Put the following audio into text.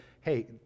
hey